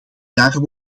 jaren